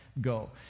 Go